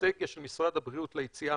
לאסטרטגיה של משרד הבריאות ליציאה